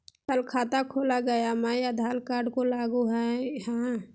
Sir खाता खोला गया मैं आधार कार्ड को लागू है हां?